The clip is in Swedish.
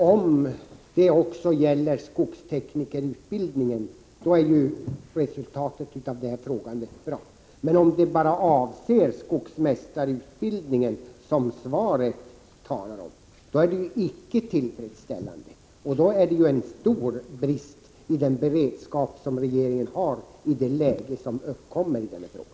Herr talman! Om det gäller också skogsteknikerutbildningen är resultatet av detta frågande bra. Men om det bara avser skogsmästarutbildningen, som det talas om i svaret, är det icke tillfredsställande. Då är det en stor brist i den beredskap som regeringen har inför det läge som uppkommer i denna fråga.